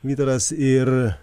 vytaras ir